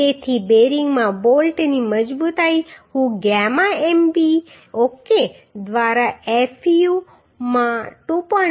તેથી બેરિંગમાં બોલ્ટની મજબૂતાઈ હું ગામા mb એમબી ઓકે દ્વારા fu માં 2